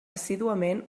assíduament